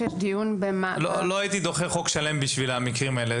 שיש דיון --- לא הייתי דוחה חוק שלם בשביל המקרים האלה.